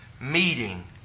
meeting